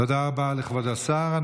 תודה רבה לכבוד השר.